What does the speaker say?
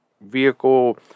vehicle